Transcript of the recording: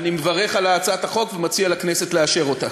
אני מברך על הצעת החוק ומציע לכנסת לאשר אותה.